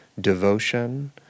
devotion